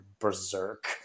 berserk